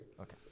Okay